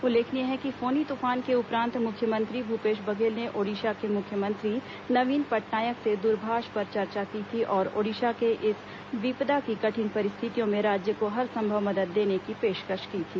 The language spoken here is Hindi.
उल्लेखनीय है कि फोनी तूफान के उपरांत मुख्यमंत्री भूपेश बघेल ने ओडिशा के मुख्यमंत्री नवीन पट्नायक से दूरभाष पर चर्चा की थी और ओड़िशा के इस विपदा की कठिन परिस्थितियों में राज्य को हर संभव मदद देने की पेशकश की थी